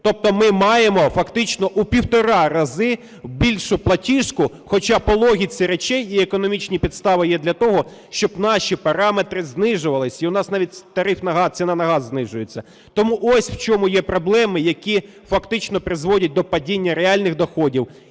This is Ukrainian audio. Тобто ми маємо фактично у півтора рази більшу платіжку, хоча, по логіці речей, економічні підстави є для того, щоб наші параметри знижувалися. І у нас навіть тариф, ціна на газ знижується. Тому ось, в чому є проблеми, які фактично призводять до падіння реальних доходів